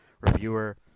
reviewer